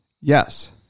yes